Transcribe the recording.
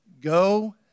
Go